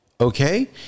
Okay